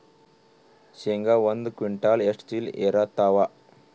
ಶೇಂಗಾ ಒಂದ ಕ್ವಿಂಟಾಲ್ ಎಷ್ಟ ಚೀಲ ಎರತ್ತಾವಾ?